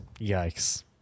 yikes